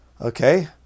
Okay